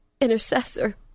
intercessor